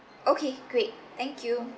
okay great thank you